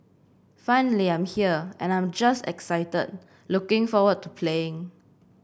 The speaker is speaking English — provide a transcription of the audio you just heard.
finally I'm here and I'm just excited looking forward to playing